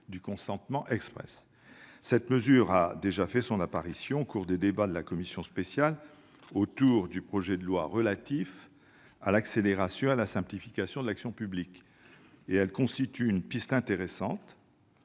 de consentement exprès. Cette mesure a déjà fait son apparition au cours des débats en commission spéciale autour du projet de loi d'accélération et de simplification de l'action publique ; elle constitue une piste intéressante.